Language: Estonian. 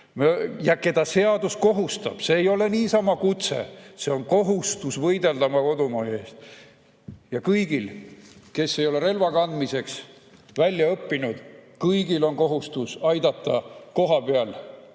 ja keda seadus kohustab. See ei ole niisama kutse, see on kohustus võidelda oma kodumaa eest. Ja kõigil, kes ei ole relva kandmiseks välja õppinud, on kohustus aidata kohapeal